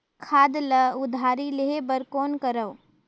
खाद ल उधारी लेहे बर कौन करव?